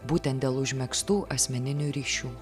būtent dėl užmegztų asmeninių ryšių